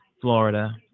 Florida